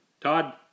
Todd